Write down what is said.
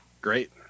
Great